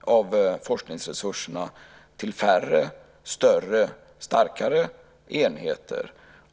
av forskningsresurserna till färre, större och starkare enheter.